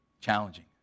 Challenging